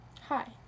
Hi